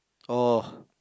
oh